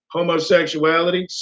homosexuality